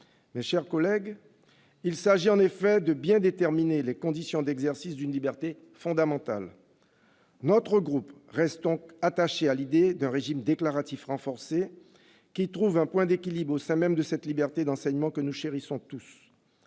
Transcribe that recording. Mes chers collègues, il s'agit bien de déterminer les conditions d'exercice d'une liberté fondamentale. Notre groupe reste donc attaché à l'idée d'un régime déclaratif renforcé qui trouve un point d'équilibre au sein même de cette liberté d'enseignement que nous chérissons tous,